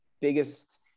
biggest